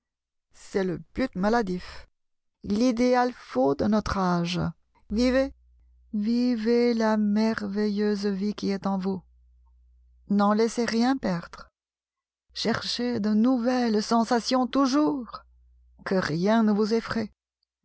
c'est le but maladif l'idéal faux de notre âge vivez vivez la merveilleuse vie qui est en vous n'en laissez rien perdre cherchez de nouvelles sensations toujours que rien ne vous effraie